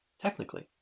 technically